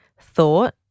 thought